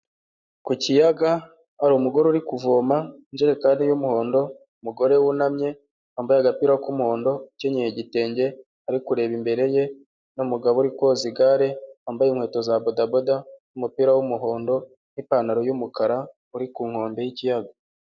Ku kiyaga hari umugore uri kuvoma injerekani y'umuhondo, umugore wunamye, yambaye agapira k'umuhondo ukenyeye igitenge, ari kureba imbere ye, umugabo uri koza igare, wambaye inkweto za bodaboda, umupira w'umuhondo n'ipantaro y'umukara, uri ku nkombe y'ikiyaga.